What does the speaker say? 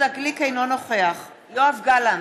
אינו נוכח יואב גלנט,